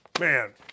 Man